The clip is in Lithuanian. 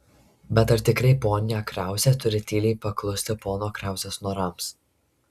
bet ar tikrai ponia krauzė turi tyliai paklusti pono krauzės norams